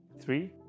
Three